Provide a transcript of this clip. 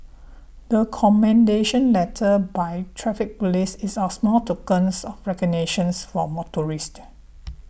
the commendation letter by Traffic Police is our small token of recognition for motorists